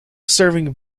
serving